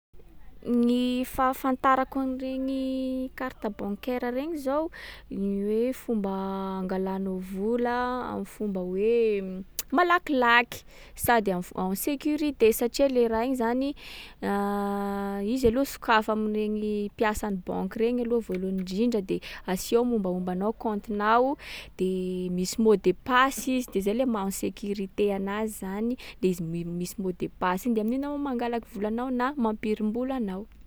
Gny fahafantarako an’regny carte bancaire regny zao, ny hoe fomba angalanao vola am'fomba hoe malakilaky. Sady am’f- en sécurité, satria le raha igny zany izy aloha sokafa amin’regny mpiasan’ny banky regny aloha voalohany indrindra, de aseho mombamoba anao, kaontinao de misy mot de passe izy de zay le maha en sécurité anazy zany, le izy mi- misy mot de passe iny. De amin’iny enao mangalaky volanao na mampirim-bolanao.